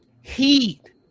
heat